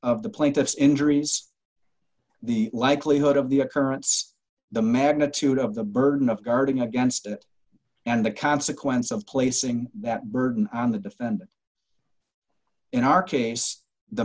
of the plaintiff's injuries the likelihood of the occurrence the magnitude of the burden of guarding against it and the consequence of placing that burden on the defendant in our case the